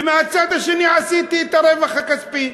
ומהצד השני עשיתי את הרווח הכספי.